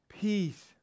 peace